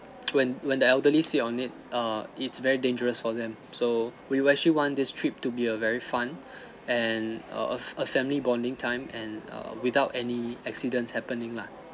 when when the elderly sit on it err it's very dangerous for them so we will actually want this trip to be a very fun and a a a family bonding time and err without any accidents happening lah